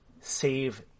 save